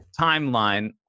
timeline